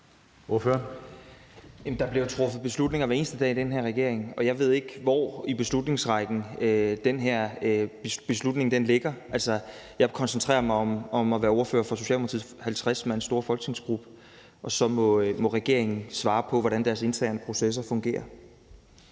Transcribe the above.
der bliver truffet beslutninger hver eneste dag i den her regering, og jeg ved ikke, hvor i beslutningsrækken den her beslutning ligger. Altså, jeg koncentrerer mig om at være ordfører for Socialdemokratiets 50 mand store folketingsgruppe, og så må regeringen svare på, hvordan deres interne processer fungerer.